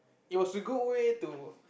it was a good way to